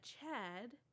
Chad